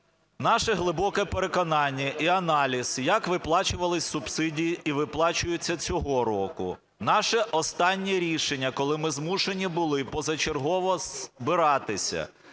Наше глибоке переконання і аналіз як виплачувались субсидії і виплачуються цього року, наше останнє рішення, коли ми змушені були позачергово збиратися,